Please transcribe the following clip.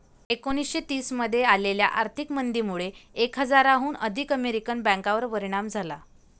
एकोणीसशे तीस मध्ये आलेल्या आर्थिक मंदीमुळे एक हजाराहून अधिक अमेरिकन बँकांवर परिणाम झाला